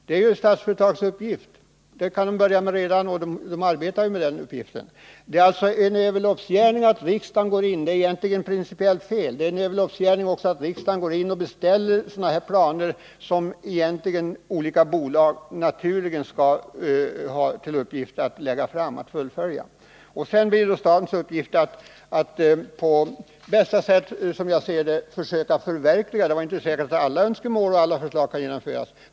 Det är Statsföretags uppgift att genomföra det, och företaget arbetar redan med det. Det är en överloppsgärning och även principiellt felaktigt att riksdagen beställer planer som det skall vara en naturlig uppgift för de olika bolagen att själva lägga fram och fullfölja. Det är naturligtvis statens uppgift att sedan på bästa sätt försöka förverkliga olika förslag och önskemål, även om inte alla sådana kan genomföras.